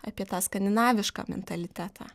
apie tą skandinavišką mentalitetą